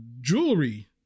jewelry